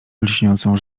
lśniącą